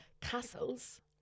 Castles